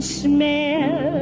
smell